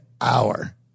hour